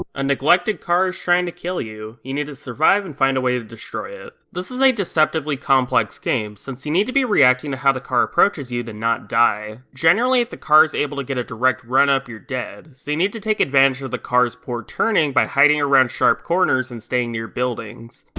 a a neglected car is trying to kill you. you need to survive and find a way to destroy it. this is a deceptively complex game, since you need to be reacting to how the car approaches you to not die. generally, if the car's able to get a direct run-up you're dead, so you need to take advantage of the car's poor turning by hiding around sharp corners and staying near buildings.